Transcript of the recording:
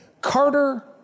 Carter